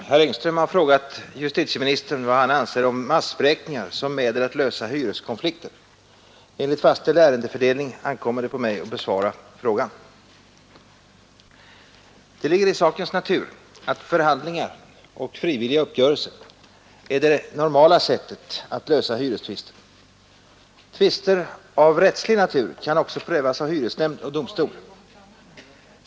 Herr talman! Herr Engström har frågat justitieministern vad han anser om massvräkningar som medel att lösa hyreskonflikter. Enligt fastställd ärendefördelning ankommer det på mig att besvara frågan. Det ligger i sakens natur att förhandlingar och frivilliga uppgörelser är det normala sättet att lösa hyrestvister. Tvister av rättslig natur kan också prövas av hyresnämnd och domstol.